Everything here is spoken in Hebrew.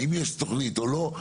האם יש תוכנית או לא.